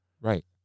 Right